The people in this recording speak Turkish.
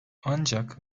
ancak